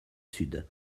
sud